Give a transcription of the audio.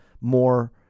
more